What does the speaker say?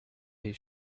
his